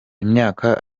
imyaka